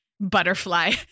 butterfly